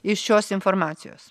iš šios informacijos